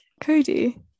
Cody